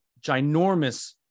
ginormous